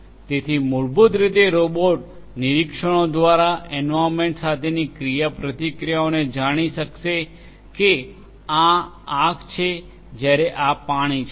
તેથી મૂળભૂત રીતે રોબોટ નિરીક્ષણો દ્વારા એન્વાર્યન્મેન્ટ સાથેની ક્રિયાપ્રતિક્રિયાઓને જાણી શકશે કે આ આગ છે જ્યારે આ પાણી છે